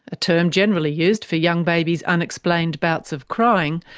a term generally used for young babies' unexplained bouts of crying,